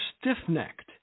stiff-necked